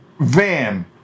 van